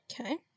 Okay